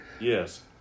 Yes